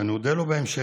שאני אודה לו בהמשך.